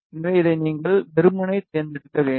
எனவே இதை நீங்கள் வெறுமனே தேர்ந்தெடுக்க வேண்டும்